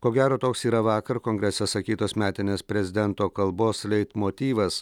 ko gero toks yra vakar kongrese sakytos metinės prezidento kalbos leitmotyvas